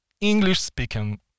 English-speaking